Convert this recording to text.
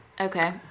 Okay